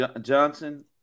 Johnson